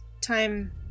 time